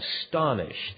astonished